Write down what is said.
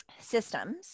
systems